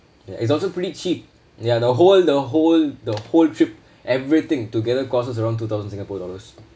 ya it is also pretty cheap ya the whole the whole the whole trip everything together costs around two thousand singapore dollars